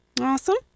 Awesome